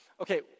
Okay